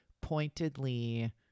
pointedly